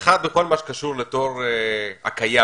אחת, בכל הקשור לדור הקיים